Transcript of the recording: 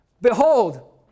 behold